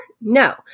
no